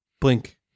Blink